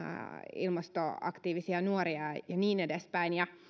ilmastoaktiivisia nuoria ja niin edespäin ja